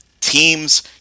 teams